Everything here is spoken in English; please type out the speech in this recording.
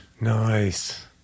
Nice